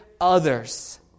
others